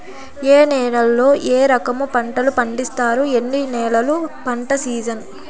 ఏ నేలల్లో ఏ రకము పంటలు పండిస్తారు, ఎన్ని నెలలు పంట సిజన్?